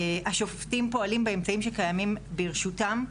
השופטים פועלים באמצעים שקיימים ברשותם,